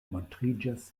montriĝas